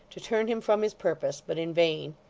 to turn him from his purpose, but in vain.